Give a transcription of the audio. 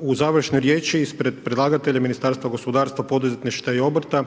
u završnoj riječi ispred predlagatelja Ministarstva gospodarstva, poduzetništva i obrta